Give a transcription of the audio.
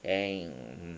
then